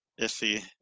iffy